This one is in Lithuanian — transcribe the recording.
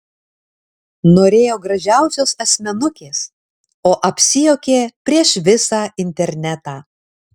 norėjo gražiausios asmenukės o apsijuokė prieš visą internetą